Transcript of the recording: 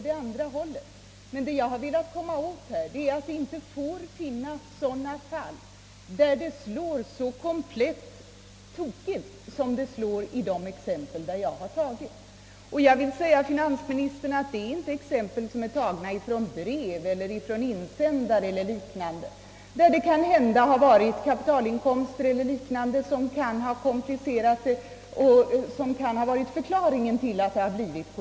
Men vad jag velat understryka i detta sammanhang är att det inte får finnas fall där resultatet blir så komplett felaktigt som i de exempel jag tagit upp. Jag vill säga till finansministern att dessa exempel inte har hämtats från brev, från insändare eller från andra fall, där kanhända kapitalinkomster eller andra faktorer har komplicerat saken och lett till ogynnsamma resultat.